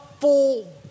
full